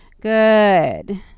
Good